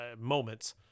moments